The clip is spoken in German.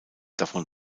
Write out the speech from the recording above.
davon